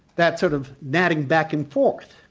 that sort of gnatting back and forth,